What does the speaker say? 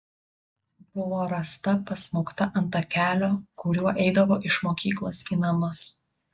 buvo rasta pasmaugta ant takelio kuriuo eidavo iš mokyklos į namus